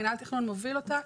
מינהל התכנון מוביל אותה,